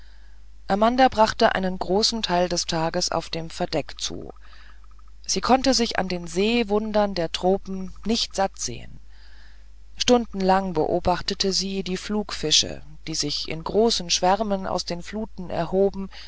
amanda brachte einen großen teil des tages auf dem verdeck zu sie konnte sich an den seewundern der tropen nicht satt sehen stundenlang beobachtete sie die flugfische die sich in großen schwärmen aus den fluten erhoben